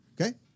Okay